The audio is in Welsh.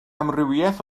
amrywiaeth